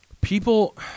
people